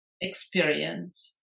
experience